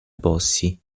bossi